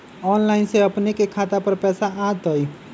Online से अपने के खाता पर पैसा आ तई?